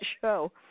show